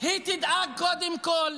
תדאג קודם כול